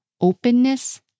openness